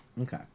Okay